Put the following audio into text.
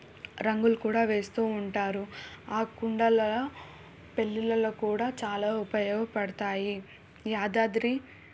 రంగులు కూడా వేస్తూ ఉంటారు ఆ కుండలు పెళ్ళిళ్ళల్లో కూడా చాలా ఉపయోగపడతాయి యాదాద్రి